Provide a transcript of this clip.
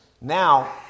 Now